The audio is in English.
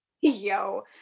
yo